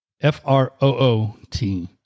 F-R-O-O-T